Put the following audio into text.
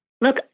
Look